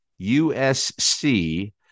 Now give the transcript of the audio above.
USC